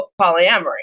polyamory